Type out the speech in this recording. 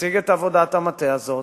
ונציג את עבודת המטה הזאת.